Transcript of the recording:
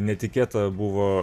netikėta buvo